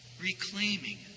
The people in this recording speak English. reclaiming